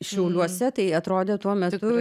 šiauliuose tai atrodė tuo metu